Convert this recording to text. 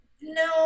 no